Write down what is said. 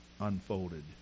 unfolded